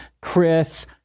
Chris